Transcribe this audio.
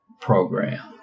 program